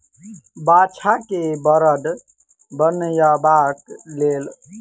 बाछा के बड़द बनयबाक लेल ओकर बधिया कयल जाइत छै